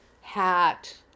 hat